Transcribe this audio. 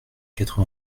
quatre